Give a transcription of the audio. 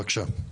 בבקשה,